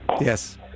yes